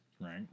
right